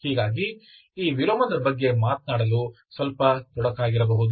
ಹೀಗಾಗಿ ಇದು ವಿಲೋಮದ ಬಗ್ಗೆ ಮಾತನಾಡಲು ಸ್ವಲ್ಪ ತೊಡಕಾಗಿರಬಹುದು